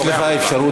יש לך אפשרות,